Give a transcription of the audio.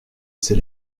ses